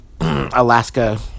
alaska